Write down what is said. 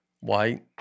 White